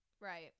Right